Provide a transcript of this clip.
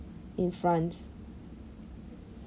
in france